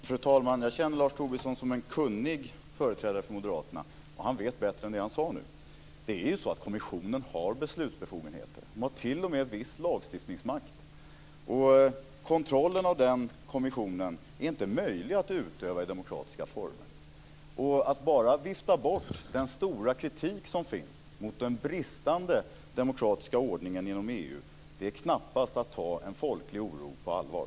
Fru talman! Jag känner Lars Tobisson som en kunnig företrädare för Moderaterna. Han vet bättre än det han sade nu. Det är så att kommissionen har beslutsbefogenheter. Man har t.o.m. viss lagstiftningsmakt, och kontroll av den kommissionen är inte möjlig att utöva i demokratiska former. Att bara vifta bort den stora kritik som finns mot den bristande demokratiska ordningen inom EU är knappast att ta en folklig oro på allvar.